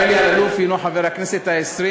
מר אלי אלאלוף הוא חבר הכנסת העשרים